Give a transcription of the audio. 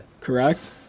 Correct